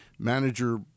manager